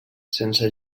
sense